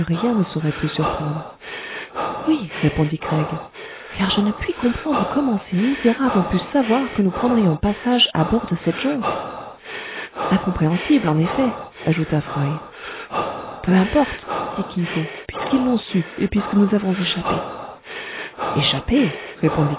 rien ne saurait plus surprendre oui répondit craig car je ne puis comprendre comment ces misérables ont pu savoir que nous prendrions passage à bord de cette jonque incompréhensible en effet ajouta fry peu importe dit kin fo puisqu'ils l'ont su et puisque nous avons échappé échappé répondit